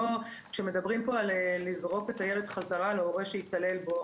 כשמדברים על לזרוק את הילד חזרה להורה שהתעלל בו,